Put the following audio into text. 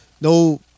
no